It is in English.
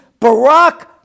Barack